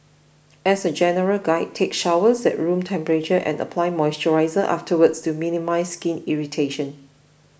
as a general guide take showers at room temperature and apply moisturiser afterwards to minimise skin irritation